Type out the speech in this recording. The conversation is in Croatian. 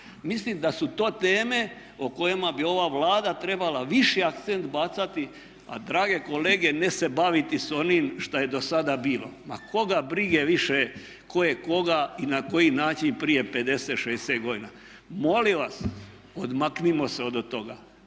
Mislim da su to teme o kojima bi ova Vlada trebala viši akcent bacati, a drage kolege ne se baviti sa onim šta je do sada bilo. Ma koga brige više tko je koga i na koji način prije 50, 60 godina. Molim vas odmaknimo se od toga.